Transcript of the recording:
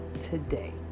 today